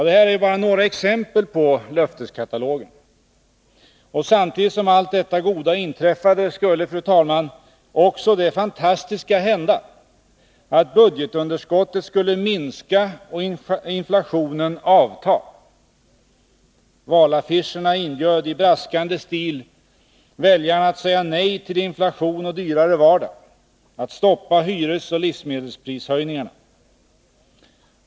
Detta är bara några exempel på löfteskatalogen. Samtidigt som allt detta goda inträffade skulle, fru talman, också det fantastiska hända att budgetunderskottet skulle minska och inflationen avta. a nej till inflation och Valaffischerna inbjöd i braskande stil väljarna att sä dyrare vardag, att stoppa hyresoch livsmedelsprishöjningarna.